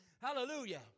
Hallelujah